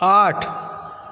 आठ